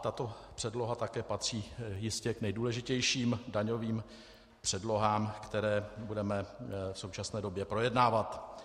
Tato předloha patří jistě k nejdůležitějším daňovým předlohám, které budeme v současné době projednávat.